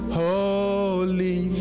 holy